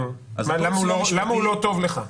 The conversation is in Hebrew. למה הוא לא טוב לך?